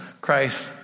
Christ